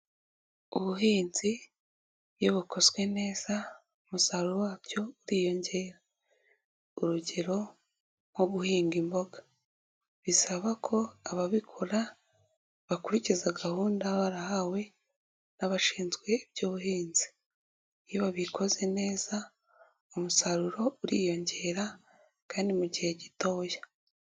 Ubuhinzi iyo bukozwe neza umusaruro wabyo uriyongera, urugero nko guhinga imboga bisaba ko ababikora bakurikiza gahunda baba barahawe n'abashinzwe iby'ubuhinzi, iyo babikoze neza umusaruro uriyongera kandi mu gihe gitoya.